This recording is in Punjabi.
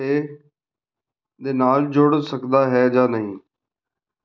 ਪੇ ਦੇ ਨਾਲ ਜੁੜ ਸਕਦਾ ਹੈ ਜਾਂ ਨਹੀਂ